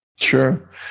Sure